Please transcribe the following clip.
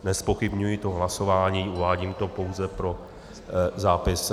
Nezpochybňuji to hlasování, uvádím to pouze pro zápis.